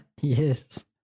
Yes